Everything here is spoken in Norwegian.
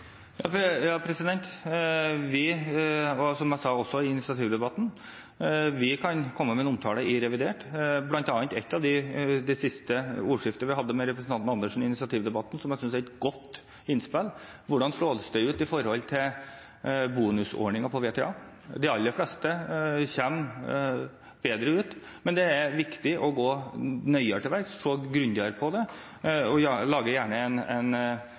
Som jeg også sa i initiativdebatten, kan vi komme med en omtale i revidert budsjett, bl.a. om noe i det siste ordskiftet jeg hadde med representanten Andersen i initiativdebatten, som jeg synes er et godt innspill: Hvordan slår det ut i forhold til bonusordninger for VTA? De aller fleste kommer bedre ut, men det er viktig å gå nøyere til verks, se grundigere på dette og gjerne lage en